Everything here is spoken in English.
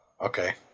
Okay